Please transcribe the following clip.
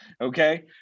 okay